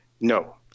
No